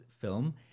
film